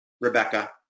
Rebecca